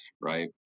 right